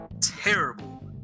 terrible